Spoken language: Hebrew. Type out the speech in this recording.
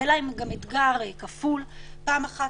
יהיה להם אתגר כפול: פעם אחת,